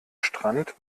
strand